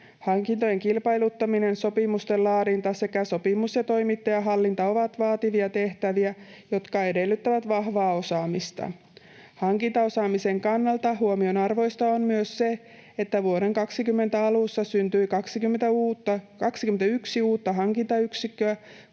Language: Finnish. Hankintojen kilpailuttaminen, sopimusten laadinta sekä sopimus‑ ja toimittajahallinta ovat vaativia tehtäviä, jotka edellyttävät vahvaa osaamista. Hankintaosaamisen kannalta huomionarvoista on myös se, että vuoden 23 alussa syntyi 21 uutta hankintayksikköä,